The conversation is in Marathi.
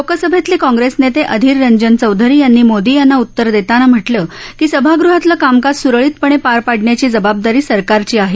लोकसभेतले काँग्रेस नेते अधीर रंजन चौधरी यांनी मोदी यांना उतर देताना म्हटलं की सभागृहातलं कामकाज स्रळीतपणे पार पाडण्याची जबाबदारी सरकारची आहे